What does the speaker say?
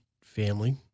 family